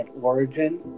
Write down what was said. Origin